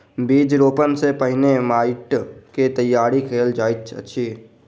बीज रोपण सॅ पहिने माइट के तैयार कयल जाइत अछि